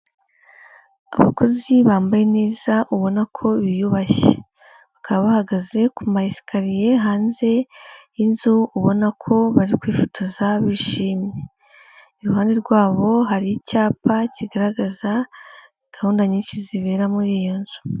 Abakozi bambaye neza ubona ko biyubashye. Bakaba bahagaze ku mayesikariye hanze y'inzu ubona ko bari kwifotoza bishimye. Iruhande rwabo hari icyapa kigaragaza gahunda nyinshi zibera muri iyo nzu.